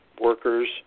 workers